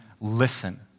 listen